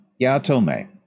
Yatome